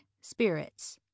spirits